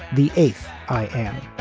the eighth i am